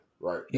Right